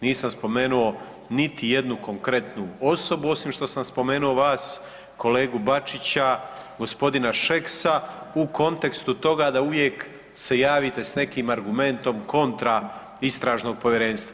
Nisam spomenuo niti jednu konkretnu osobu osim što sam spomenuo vas, kolegu Bačića, gospodina Šeksa u kontekstu toga da uvijek se javite s nekim argumentom kontra istražnog povjerenstva.